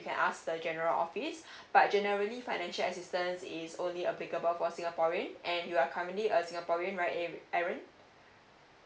you can ask the general office but generally financial assistance is only applicable for singaporean and you are currently a singaporean right a~ aaron